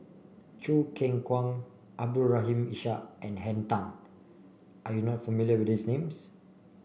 Choo Keng Kwang Abdul Rahim Ishak and Henn Tan are you not familiar with these names